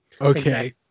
okay